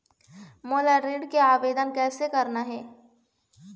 मोला ऋण के आवेदन कैसे करना हे?